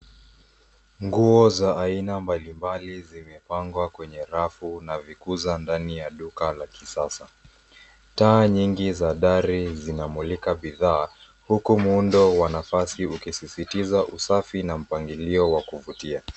Nguo za aina mbalimbali zimepangwa kwenye rafu na vikuza ndani ya duka la kisasa. Taa nyingi za dari zinamulika bidhaa huku muundo wa nafasi ukisisitiza usafi na mpangilio wa kuvutia.